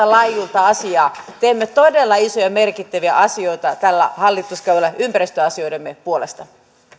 laajuudelta tätä asiaa teemme todella isoja ja merkittäviä asioita tällä hallituskaudella ympäristöasioidemme puolesta